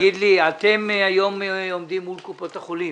אתם היום עומדים מול קופות החולים.